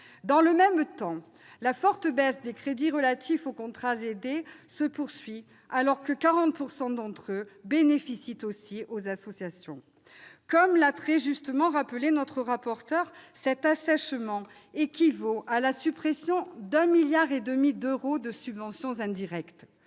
Dans le même temps, la forte baisse des crédits relatifs aux contrats aidés se poursuit, alors que 40 % d'entre eux bénéficient aussi aux associations. Comme l'a très justement rappelé notre rapporteur, cet assèchement équivaut à la suppression de 1,5 milliard d'euros de subventions indirectes.